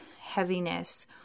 heaviness